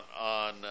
on